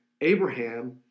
Abraham